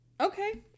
okay